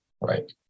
right